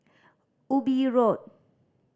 Ubi Road